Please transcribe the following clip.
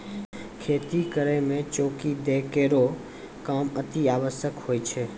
खेती करै म चौकी दै केरो काम अतिआवश्यक होय छै